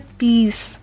peace